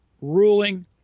ruling